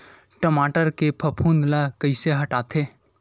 टमाटर के फफूंद ल कइसे हटाथे?